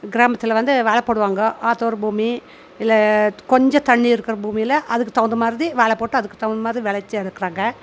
கிராமத்தில் வந்து வாழை போடுவாங்க ஆத்தோரம் பூமி இல்லை கொஞ்சம் தண்ணி இருக்கிற பூமியில் அதுக்கு தகுந்த மாதிரி தான் வாழை போட்டு அதுக்கு தகுந்த மாதிரி வெளச்சல் எடுக்கிறாங்க